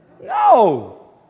No